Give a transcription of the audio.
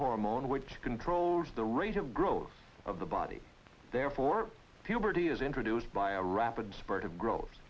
hormone which controls the rate of growth of the body therefore puberty is introduced by a rapid spurt of grow